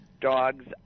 dog's